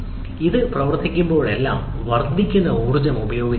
ഞാൻ ഒരു വിഎം പ്രവർത്തിപ്പിക്കുമ്പോഴെല്ലാം ഇത് വർദ്ധിക്കുന്ന ഊർജ്ജം ഉപയോഗിച്ചേക്കാം